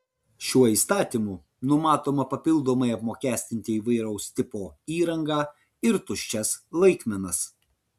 šiuo įstatymu numatoma papildomai apmokestinti įvairaus tipo įrangą ir tuščias laikmenas